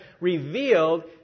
revealed